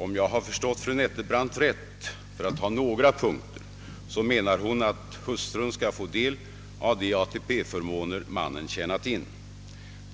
Om jag har förstått fru Nettelbrandt rätt — för att ta några punkter — menar hon att hustrun skall få del av de ATP-förmåner som mannen har tjänat in.